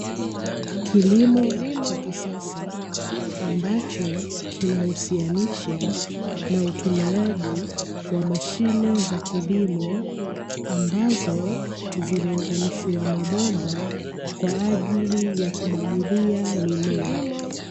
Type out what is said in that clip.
Kilimo cha kisasa ambacho kinahusianisha na utumiaji wa mashine za kilimo, ambazo zimeunganishwa mabomba kwa ajili ya kumwagilia mimea.